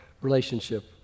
relationship